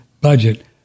budget